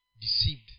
deceived